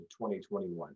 2021